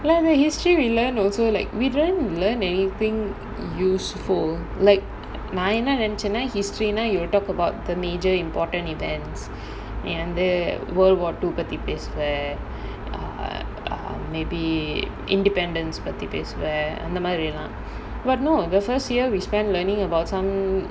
like the history we learn also like we didn't learn anything useful like நான் என்ன நெனைச்சேன்னா:naan enna nenaichaennaa history நா:naa you talk about the major important events நீ வந்து:nee vanthu world war two பத்தி பேசுவ:pathi paesuva err err maybe independence பத்தி பேசுவ:pathi paesuva but no the first year we spent learning about some